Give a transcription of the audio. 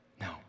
No